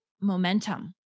momentum